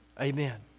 Amen